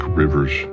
rivers